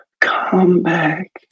comeback